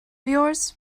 yours